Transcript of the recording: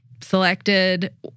selected